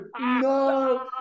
no